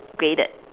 graded